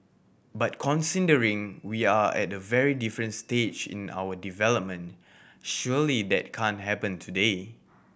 but considering we are at a very different stage in our development surely that can't happen today